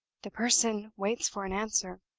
the person waits for an answer.